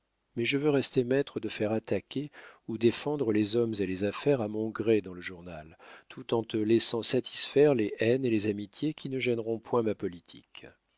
mais je veux rester maître de faire attaquer ou défendre les hommes et les affaires à mon gré dans le journal tout en te laissant satisfaire les haines et les amitiés qui ne gêneront point ma politique